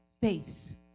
faith